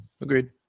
agreed